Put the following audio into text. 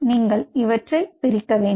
நீங்கள் இவற்றை பிரிக்க வேண்டும்